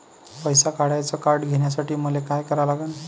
पैसा काढ्याचं कार्ड घेण्यासाठी मले काय करा लागन?